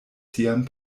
sian